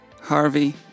Harvey